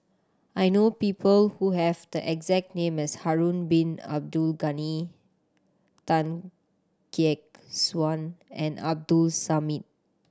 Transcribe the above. I know people who have the exact name as Harun Bin Abdul Ghani Tan Gek Suan and Abdul Samad